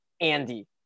Andy